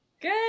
Good